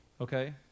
okay